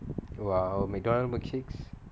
!wow! McDonald milkshakes